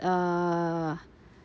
err